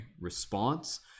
response